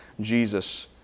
Jesus